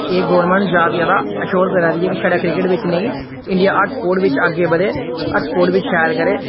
एह् गोरमैंट ज्यादा तो ज्यादा अशोर करा दी ऐ कि छड़ा क्रि केट विच नेईं इंडिया हर स्पोर्ट बिच अग्गै बधै हर स्पोर्ट शैल करै विच शैल करै